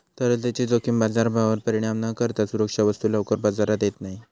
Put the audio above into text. तरलतेची जोखीम बाजारभावावर परिणाम न करता सुरक्षा वस्तू लवकर बाजारात येत नाही